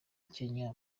kenya